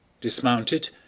dismounted